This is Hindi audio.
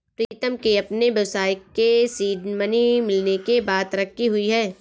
प्रीतम के अपने व्यवसाय के सीड मनी मिलने के बाद तरक्की हुई हैं